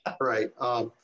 right